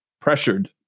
pressured